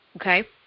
okay